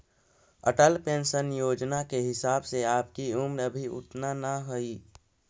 Atal pension Yojana के हिसाब से आपकी उम्र अभी उतना न हई